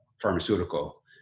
pharmaceutical